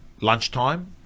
lunchtime